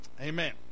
amen